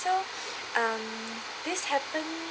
so um this happen